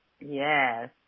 Yes